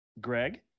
greg